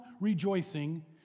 rejoicing